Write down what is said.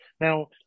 Now